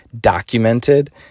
documented